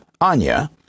Anya